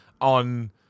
on